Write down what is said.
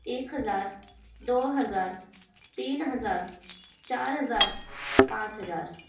ایک ہزار دو ہزار تین ہزار چار ہزار پانچ ہزار